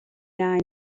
iau